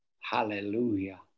Hallelujah